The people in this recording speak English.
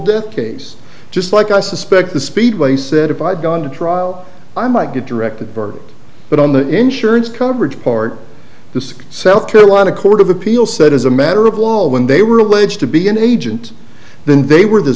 death case just like i suspect the speedway said if i'd gone to trial i might get directed verdict but on the insurance coverage part the south carolina court of appeal said as a matter of law when they were alleged to be an agent then they were the